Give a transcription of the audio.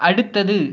அடுத்தது